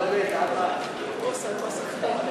סעיפים 1 3 נתקבלו.